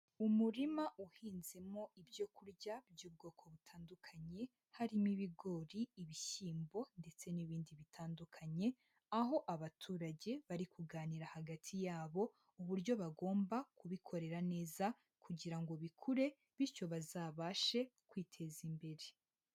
Umurima uhinzemo ibyo kurya by'ubwoko butandukanye harimo ibigori, ibishyimbo ndetse n'ibindi bitandukanye, aho abaturage bari kuganira hagati yabo uburyo bagomba kubikorera neza kugira ngo bikure bityo bazabashe kwiteza imbere.